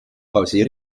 pauzeer